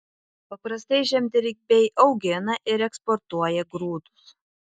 paprastai žemdirbiai augina ir eksportuoja grūdus